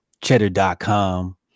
cheddar.com